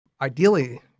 ideally